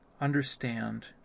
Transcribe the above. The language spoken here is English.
understand